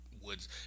Woods